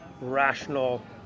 rational